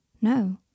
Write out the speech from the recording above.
No